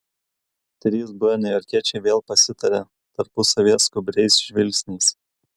trys buvę niujorkiečiai vėl pasitarė tarpusavyje skubriais žvilgsniais